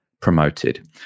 promoted